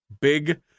Big